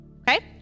okay